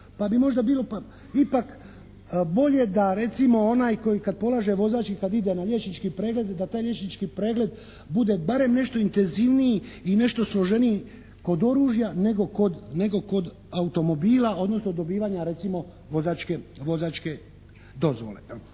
Pa bi možda bilo, pa ipak bolje da recimo onaj koji kad polaže vozački kad ide na liječnički pregled, da taj liječnički pregled bude barem nešto intenzivniji i nešto složeniji kod oružja nego kod nekog kod automobila odnosno dobivanja recimo vozačke dozvole.